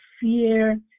fear